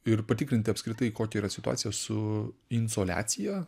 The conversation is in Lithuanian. ir patikrinti apskritai kokia yra situacija su insoliacija